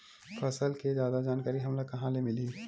फसल के जादा जानकारी हमला कहां ले मिलही?